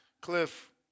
Cliff